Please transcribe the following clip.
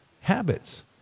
habits